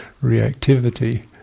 reactivity